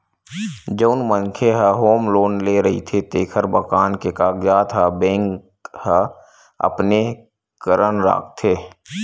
जउन मनखे ह होम लोन ले रहिथे तेखर मकान के कागजात ल बेंक ह अपने करन राखथे